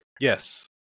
Yes